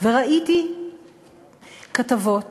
וראיתי כתבות